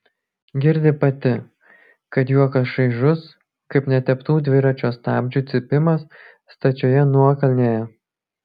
girdi pati kad juokas šaižus kaip neteptų dviračio stabdžių cypimas stačioje nuokalnėje